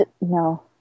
No